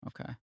Okay